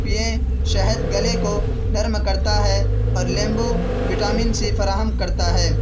پئیں شہد گلے کو نرم کرتا ہے اور لیمبو وٹامن سی فراہم کرتا ہے